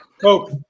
Coke